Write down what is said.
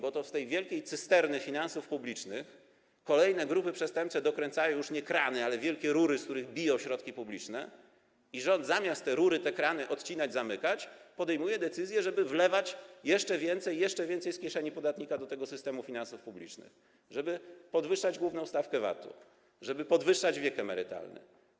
Do tej wielkiej cysterny finansów publicznych kolejne grupy przestępcze dokręcają już nie krany, ale wielkie rury, z których biją środki publiczne, a rząd zamiast te rury, te krany odcinać, zamykać podejmuje decyzje, żeby wlewać jeszcze więcej, jeszcze więcej z kieszeni podatnika do tego systemu finansów publicznych, żeby podwyższyć główną stawkę VAT-u, żeby podwyższyć wiek emerytalny.